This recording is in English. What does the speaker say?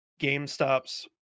GameStop's